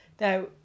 Now